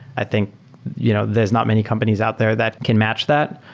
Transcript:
i think you know there're not many companies out there that can match that.